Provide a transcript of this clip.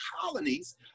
colonies